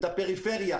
את הפריפריה.